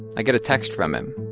i get a text from him.